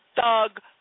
thug